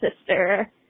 sister